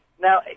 Now